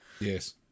Yes